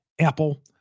Apple